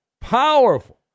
powerful